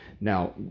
Now